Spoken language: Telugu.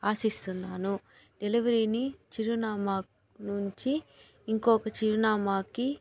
ఆశిస్తున్నాను డెలివరీ ని చిరునామా నుంచి ఇంకొక చిరునామాకి